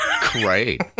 Great